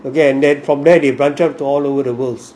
okay and then from there they branch out to all over the world